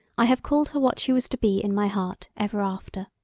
i have called her what she was to be in my heart ever after.